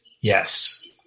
Yes